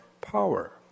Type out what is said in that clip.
power